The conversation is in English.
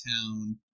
town